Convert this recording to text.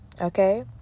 Okay